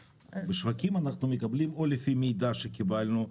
בשווקים אנחנו מקבלים או לפי מידע שקיבלנו,